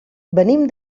venim